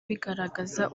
bigaragaza